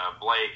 Blake